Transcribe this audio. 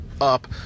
up